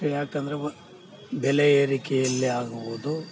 ಯಾಕಂದರೆ ವ ಬೆಲೆ ಏರಿಕೆಯಲ್ಲೇ ಆಗುವುದು